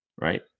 right